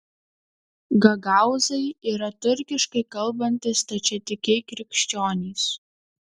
gagaūzai yra turkiškai kalbantys stačiatikiai krikščionys